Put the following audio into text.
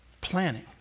planning